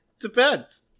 Depends